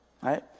right